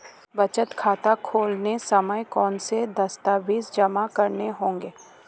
बचत खाता खोलते समय कौनसे दस्तावेज़ जमा करने होंगे?